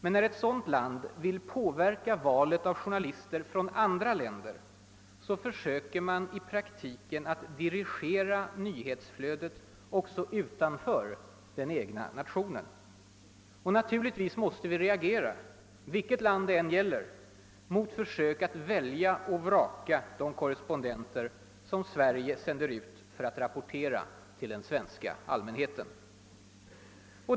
Men när ett sådant land vill påverka valet av journalister från andra länder försöker man i praktiken att dirigera nyhetsflödet också utanför den egna nationen. Och naturligtvis måste vi reagera — vilket land det än gäller — mot försök att välja och vraka de korrespondenter som Sverige sänder ut för att rapportera till den svenska allmänheten.